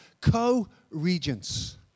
co-regents